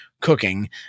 cooking